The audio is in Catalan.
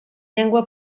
llengua